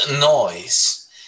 noise